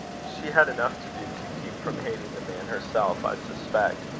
she had enough to do to keep from hating the man herself, i suspect.